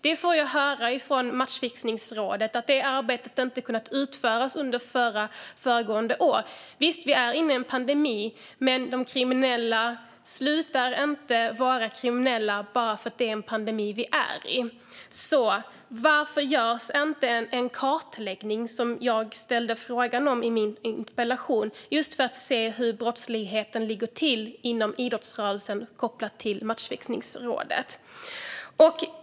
Jag har fått höra från Matchfixningsrådet att detta arbete inte har kunnat utföras under föregående år. Vi är visserligen inne i en pandemi, men de kriminella slutar inte att vara kriminella bara för att vi befinner oss i en pandemi. Som jag frågade i min interpellation: Varför görs inte en kartläggning - med koppling till Matchfixningsrådet - för att se hur brottsligheten ligger till inom idrottsrörelsen?